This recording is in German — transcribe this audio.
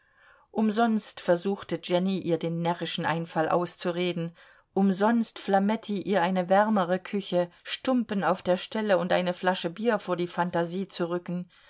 umsonst versuchte jenny ihr den närrischen einfall auszureden umsonst flametti ihr eine wärmere küche stumpen auf der stelle und eine flasche bier vor die phantasie zu rücken